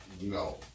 No